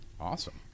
Awesome